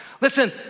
Listen